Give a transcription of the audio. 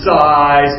size